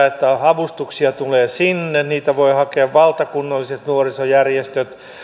että avustuksia tulee sinne niitä voivat hakea valtakunnalliset nuorisojärjestöt